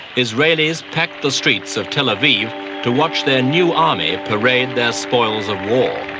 israelis packed the streets of tel aviv to watch their new army parade their spoils of war.